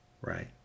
Right